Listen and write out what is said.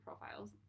profiles